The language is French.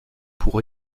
pour